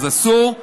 אז אסור.